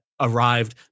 Arrived